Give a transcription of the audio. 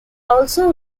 also